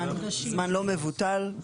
זמן לא מבוטל,